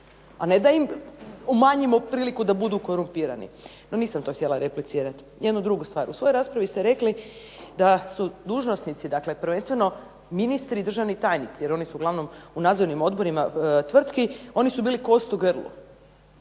a ne da im umanjimo priliku da budu korumpirani. No nisam to htjela replicirati, jednu drugu stvar. U svojoj raspravi ste rekli da su dužnosnici, prvenstveno ministri i državni tajnici jer oni su uglavnom u nadzornim odborima tvrtki, oni su bili kost u grlu.